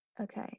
Okay